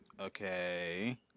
Okay